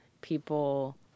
people